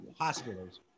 hospitals